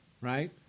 right